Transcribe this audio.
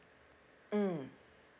mm